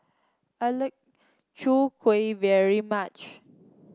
I like Chwee Kueh very much